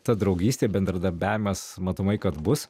ta draugystė bendradarbiavimas matomai kad bus